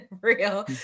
real